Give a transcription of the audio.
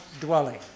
dwelling